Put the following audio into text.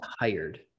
tired